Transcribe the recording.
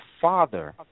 father